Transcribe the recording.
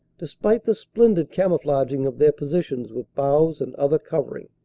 despite the splendid camouflaging of their positions with boughs and other covering.